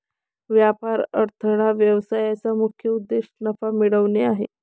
व्यापार अडथळा व्यवसायाचा मुख्य उद्देश नफा मिळवणे आहे